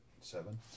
Seven